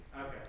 Okay